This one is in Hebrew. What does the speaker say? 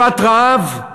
לפת רעב?